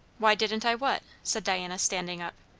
why didn't i what? said diana, standing up.